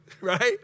right